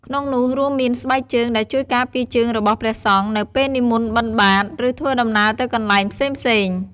ក្នុងនោះរួមមាន ស្បែកជើង ដែលជួយការពារជើងរបស់ព្រះសង្ឃនៅពេលនិមន្តបិណ្ឌបាត ឬធ្វើដំណើរទៅកន្លែងផ្សេងៗ។